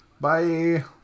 Bye